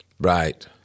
Right